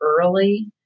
early